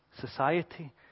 society